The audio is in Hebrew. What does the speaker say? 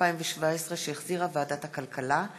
התשע"ז 2017, שהחזירה ועדת הכלכלה,